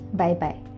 bye-bye